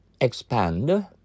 expand